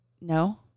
no